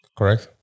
Correct